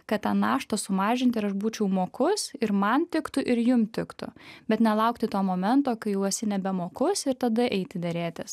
kad tą naštą sumažint aš būčiau mokus ir man tiktų ir jum tiktų bet nelaukti to momento kai jau esi nebemokus ir tada eiti derėtis